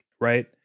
right